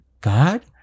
God